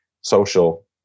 social